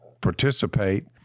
participate